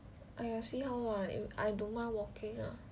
!aiya! see how lah I don't mind walking ah